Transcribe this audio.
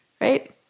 Right